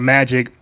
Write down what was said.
Magic